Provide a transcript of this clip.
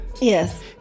Yes